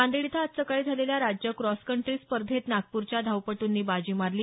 नांदेड इथं आज सकाळी झालेल्या राज्य क्रॉसकंट्री स्पर्धेत नागपूरच्या धावपटूंनी बाजी मारली